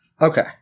okay